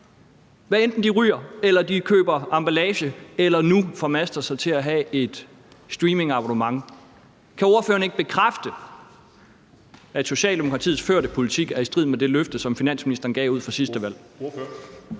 hvad enten de ryger eller køber emballage – eller nu formaster sig til at have et streamingabonnement. Kan ordføreren ikke bekræfte, at Socialdemokratiets førte politik er i strid med det løfte, som finansministeren gav forud for sidste valg?